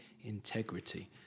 integrity